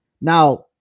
Now